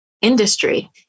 industry